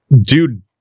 dude